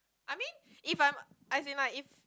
I mean if I'm as in like if